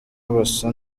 basa